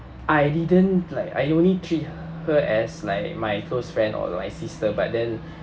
I didn't like I only treat her as like my close friend or like sister but then